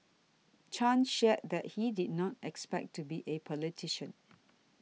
Chan shared that he did not expect to be a politician